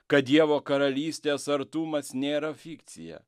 kad dievo karalystės artumas nėra fikcija